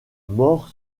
mort